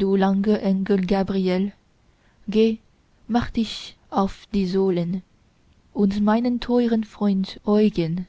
du langer engel gabriel geh mach dich auf die sohlen und meinen teuren freund eugen